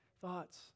thoughts